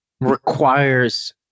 requires